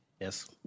Yes